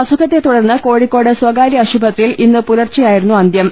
അസുഖത്തെ തുടർന്ന് കോഴിക്കോട് സ്വകാര്യ ആശുപത്രിയിൽ ഇന്ന് പുലർച്ചെയായിരുന്നു അന്ത്യം